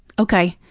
okay.